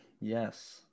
Yes